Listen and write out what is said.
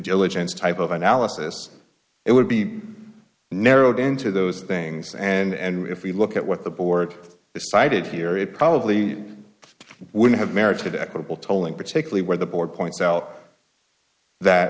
diligence type of analysis it would be narrowed into those things and if we look at what the board is cited here it probably wouldn't have merited equitable tolling particularly where the board points out that